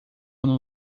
ano